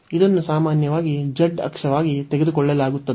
ಇದನ್ನು ಸಾಮಾನ್ಯವಾಗಿ z ಅಕ್ಷವಾಗಿ ತೆಗೆದುಕೊಳ್ಳಲಾಗುತ್ತದೆ